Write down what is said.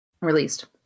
Released